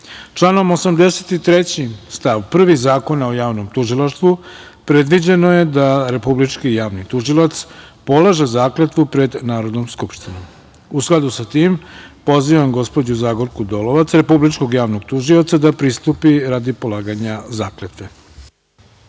83. stav 1. Zakonom o javnom tužilaštvu predviđeno je da Republički javni tužilac polaže zakletvu pred Narodnom skupštinom.U skladu sa tim, pozivam gospođu Zagorku Dolovac, Republičkog javnog tužioca da pristupi radi polaganja